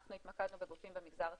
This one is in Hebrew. אנחנו התמקדנו בגופים במגזר הציבורי,